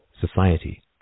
society